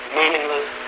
meaningless